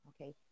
okay